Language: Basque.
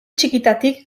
txikitatik